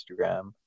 Instagram